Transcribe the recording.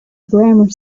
grammar